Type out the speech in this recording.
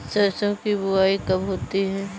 सरसों की बुआई कब होती है?